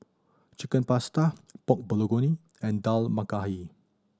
Chicken Pasta Pork Bulgogi and Dal Makhani